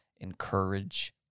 encourage